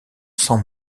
sans